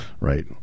Right